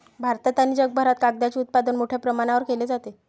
भारतात आणि जगभरात कागदाचे उत्पादन मोठ्या प्रमाणावर केले जाते